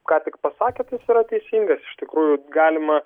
ką tik pasakėt yra teisingas iš tikrųjų galima